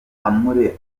amateka